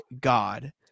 God